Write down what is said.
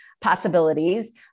possibilities